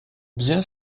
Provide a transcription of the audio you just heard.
bien